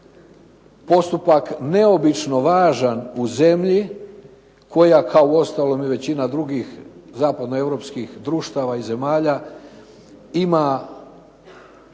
postupak neobično važan u zemlji koja kao uostalom i većina drugih zapadno europskih društava i zemalja ima